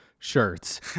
shirts